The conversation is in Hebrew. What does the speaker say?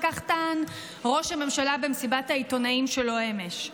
כך טען ראש הממשלה במסיבת העיתונאים שלו אמש.